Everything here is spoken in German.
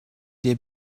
der